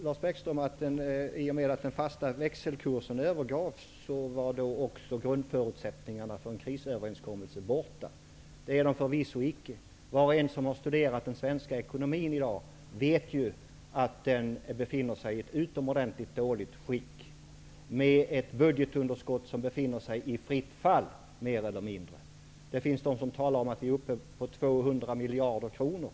Lars Bäckström säger att förutsättningarna för krisuppgörelsen är borta i och med att den fasta växelkursen övergavs. Så är det förvisso icke. Var och en som har studerat den svenska ekonomin i dag vet att den befinner sig i ett utomordentligt dåligt skick, med ett budgetunderskott som mer eller mindre befinner sig i fritt fall. Det finns de som talar om att det är uppe i 200 miljarder kronor.